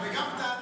וגם תענה,